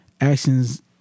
actions